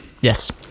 Yes